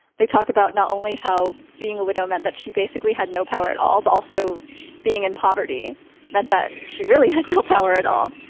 they talked about not only how being a widow meant that she basically had no power at all, but also being in poverty meant that she really had no power at all.